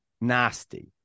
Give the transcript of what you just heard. nasty